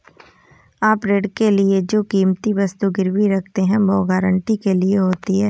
आप ऋण के लिए जो कीमती वस्तु गिरवी रखते हैं, वो गारंटी के लिए होती है